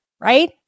right